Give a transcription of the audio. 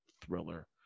thriller